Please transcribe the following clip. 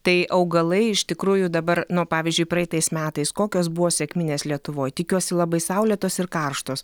tai augalai iš tikrųjų dabar nu pavyzdžiui praeitais metais kokios buvo sekminės lietuvoj tikiuosi labai saulėtos ir karštos